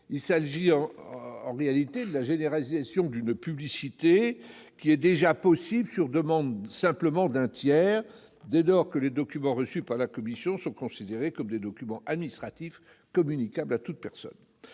Il s'agit en réalité de la généralisation d'une publicité qui est déjà possible sur demande d'un tiers, dès lors que les documents reçus par la Commission nationale des comptes de campagne sont considérés comme des documents administratifs, communicables à toute personne.